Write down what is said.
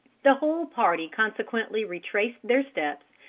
the whole party consequently retraced their steps,